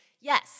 Yes